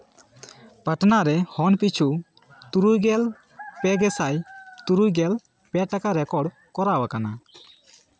ᱯᱟᱴᱱᱟᱨᱮ ᱦᱚᱱ ᱯᱤᱪᱷᱩ ᱛᱩᱨᱩᱭ ᱜᱮᱞ ᱯᱮ ᱜᱮᱥᱟᱭ ᱛᱩᱨᱩᱭ ᱜᱮᱞ ᱯᱮ ᱴᱟᱠᱟ ᱨᱮᱠᱚᱨᱰ ᱠᱚᱨᱟᱣ ᱟᱠᱟᱱᱟ